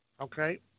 Okay